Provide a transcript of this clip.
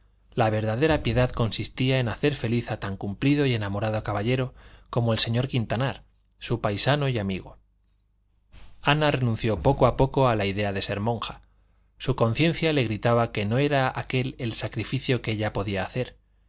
la verdadera piedad consistía en hacer feliz a tan cumplido y enamorado caballero como el señor quintanar su paisano y amigo ana renunció poco a poco a la idea de ser monja su conciencia le gritaba que no era aquél el sacrificio que ella podía hacer